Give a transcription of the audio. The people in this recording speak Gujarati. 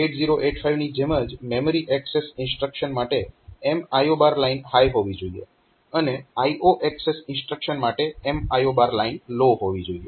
8085 ની જેમ જ મેમરી એક્સેસ ઇન્સ્ટ્રક્શન માટે MIO લાઇન હાય હોવી જોઈએ અને IO એક્સેસ ઇન્સ્ટ્રક્શન માટે MIO લાઇન લો હોવી જોઈએ